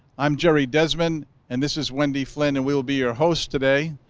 i'm jerry desmond and this is wendy flynn, and we will be your hosts today.